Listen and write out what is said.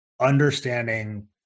understanding